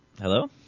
Hello